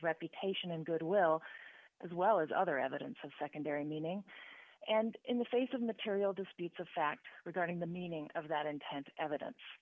reputation and goodwill as well as other evidence of secondary meaning and in the face of material disputes of fact regarding the meaning of that intent evidence